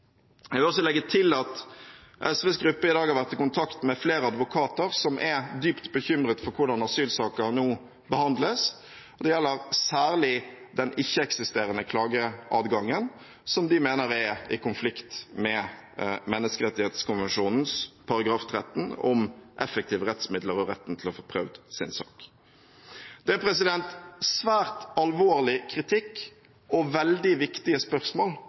Jeg vil også legge til at SVs gruppe i dag har vært i kontakt med flere advokater som er dypt bekymret for hvordan asylsaker nå behandles. Det gjelder særlig den ikke-eksisterende klageadgangen, som de mener er i konflikt med Den europeiske menneskerettighetskonvensjonens artikkel 13 om effektive rettsmidler og retten til å få prøvd sin sak. Det er en svært alvorlig kritikk og veldig viktige spørsmål